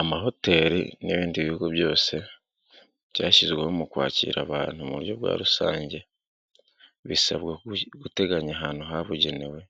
Amahoteli n'ibindi bihugu byose byashyizweho mu kwakira abantu mu buryo bwa rusange. Bisabwa guteganya ahantu habugenewe